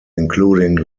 including